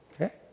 Okay